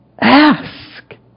ask